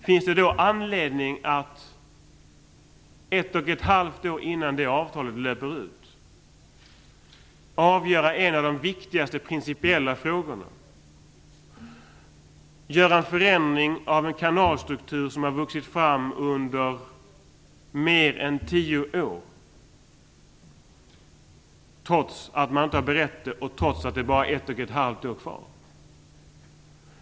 Finns det då anledning att ett och ett halvt år innan detta avtal löper ut avgöra en av de viktigaste principiella frågorna och genomföra en förändring av en kanalstruktur som har vuxit fram under mer än tio år, trots att frågan inte har beretts och trots att det bara återstår ett och ett halvt år?